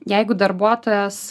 jeigu darbuotojas